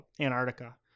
Antarctica